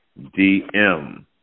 DM